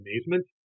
amazement